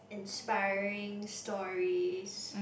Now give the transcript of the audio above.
inspiring stories